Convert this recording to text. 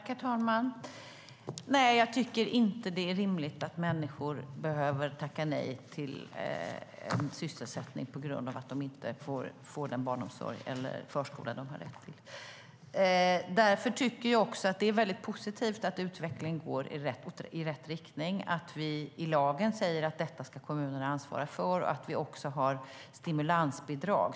Herr talman! Nej, jag tycker inte att det är rimligt att människor behöver tacka nej till en sysselsättning på grund av att de inte får den barnomsorg eller förskola de har rätt till. Därför tycker jag också att det är positivt att utvecklingen går i rätt riktning, att vi i lagen säger att kommunerna ska ansvara för detta och att vi också har stimulansbidrag.